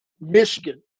Michigan